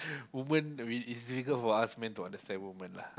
women a bit it's difficult for us men to understand women lah !huh!